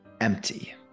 empty